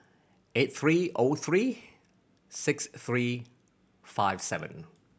eight three O three six three five seven